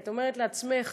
כי את אומרת לעצמך: